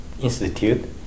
Institute